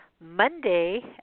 Monday